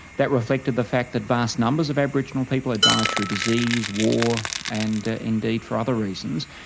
that reflected the fact that vast numbers of aboriginal people had died through disease, war, and indeed for other reasons.